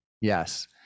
Yes